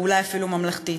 או אולי אפילו ממלכתית.